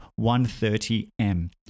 130M